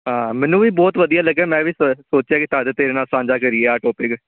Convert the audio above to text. ਹਾਂ ਮੈਨੂੰ ਵੀ ਬਹੁਤ ਵਧੀਆ ਲੱਗਿਆ ਮੈਂ ਵੀ ਸ ਸੋਚਿਆ ਕਿ ਤੇਰੇ ਨਾਲ ਸਾਂਝਾ ਕਰੀਏ ਆਹ ਟੋਪਿਕ